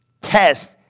test